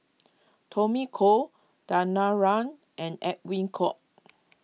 Tommy Koh Danaraj and Edwin Koek